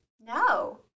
No